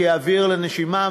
כאוויר לנשימה,